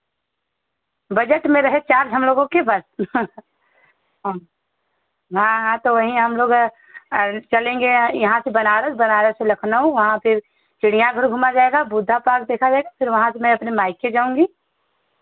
budget में रहे charge हम लोगों के बस हाँ हाँ हाँ तो वहीं हम लोग चलेंगे यहाँ से बनारस बनारस से लखनऊ वहाँ फिर चिड़ियाघर घूमा जाएगा बुद्धा पार्क देखा जाएगा फिर वहाँ से मैं अपने मायके जाऊँगी